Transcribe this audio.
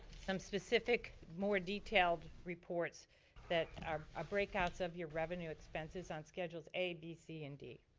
some specific more detailed reports that are ah breakouts of your revenue expenses on schedules a, b, c and d.